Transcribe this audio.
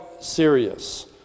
serious